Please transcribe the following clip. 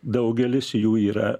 daugelis jų yra